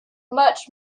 much